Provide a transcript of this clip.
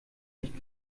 nicht